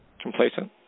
complacent